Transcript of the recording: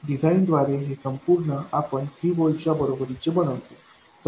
design द्वारे हे संपूर्ण आपण 3 व्होल्ट च्या बरोबरीचे बनवतो